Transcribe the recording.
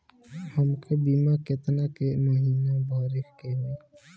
हमके बीमा केतना के महीना भरे के होई?